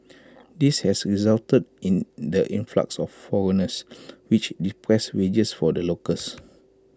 this has resulted in the influx of foreigners which depressed wages for the locals